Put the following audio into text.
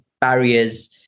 barriers